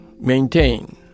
maintain